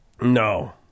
No